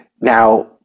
now